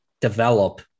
develop